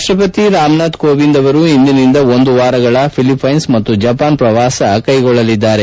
ರಾಷ್ಟ್ರಪತಿ ರಾಮನಾಥ್ ಕೋವಿಂದ್ ಅವರು ಇಂದಿನಿಂದ ಒಂದು ವಾರಗಳ ಫಿಲಿಪ್ಟೆನ್ಪ್ ಮತ್ತು ಜಪಾನ್ ಪ್ರವಾಸ ಕೈಗೊಳ್ಳಲಿದ್ದಾರೆ